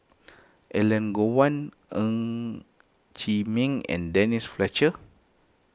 Elangovan Ng Chee Meng and Denise Fletcher